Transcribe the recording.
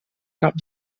cap